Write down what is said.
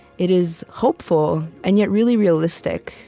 it is hopeful, and yet really realistic,